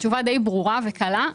התשובה די ברורה וקלה.